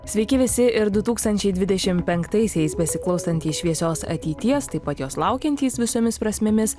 sveiki visi ir du tūkstančiai dvidešim penktaisiais besiklausantys šviesios ateities taip pat jos laukiantys visomis prasmėmis